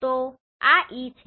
તો આ E છે